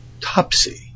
Topsy